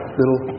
little